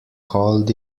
called